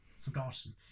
forgotten